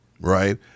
right